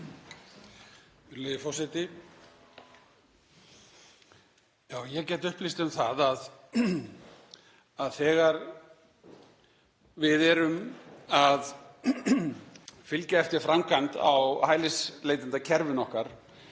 þegar við erum að fylgja eftir framkvæmd á hælisleitendakerfinu okkar